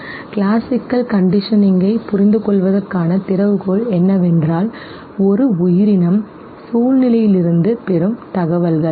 classical கண்டிஷனிங்கைப் புரிந்துகொள்வதற்கான திறவுகோல் என்னவென்றால் ஒரு உயிரினம் சூழ்நிலையிலிருந்து பெறும் தகவல்கள்தான்